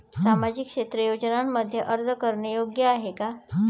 सामाजिक क्षेत्र योजनांमध्ये अर्ज करणे योग्य आहे का?